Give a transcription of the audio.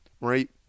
Right